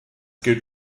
gilt